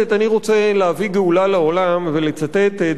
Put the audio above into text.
אני רוצה להביא גאולה לעולם ולצטט דברים